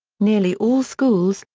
nearly all schools,